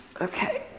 Okay